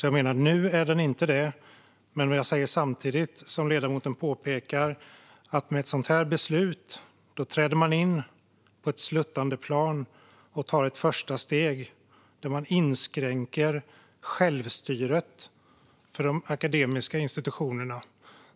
Jag menar inte att den är det nu, men jag säger samtidigt - som ledamoten påpekar - att med ett sådant här beslut träder man ut på ett sluttande plan och tar ett första steg mot att inskränka självstyret för de akademiska institutionerna.